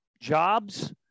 jobs